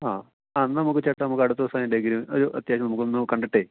ആ എന്നാൽ നമുക്ക് ചേട്ടാ നമുക്ക് അടുത്ത ദിവസം ഞാൻ ഉണ്ടെങ്കിൽ ഒരു അത്യാവശ്യം നമുക്കൊന്നു കണ്ടിട്ട്